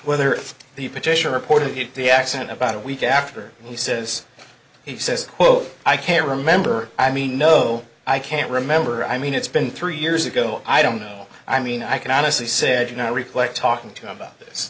whether the petitioner reported the accident about a week after he says he says quote i can't remember i mean no i can't remember i mean it's been three years ago i don't know i mean i can honestly said you know i replay talking to him about this